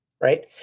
Right